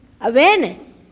awareness